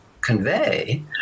convey